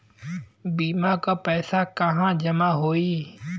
बीमा क पैसा कहाँ जमा होई?